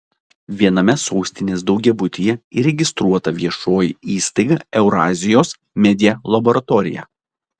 viename sostinės daugiabutyje įregistruota viešoji įstaiga eurazijos media laboratorija